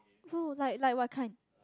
oh like like what kind